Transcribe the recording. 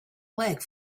leg